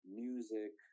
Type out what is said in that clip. music